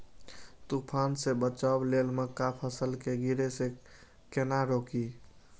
तुफान से बचाव लेल मक्का फसल के गिरे से केना रोकी?